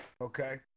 Okay